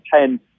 ten